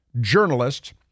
journalist